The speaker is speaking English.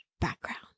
background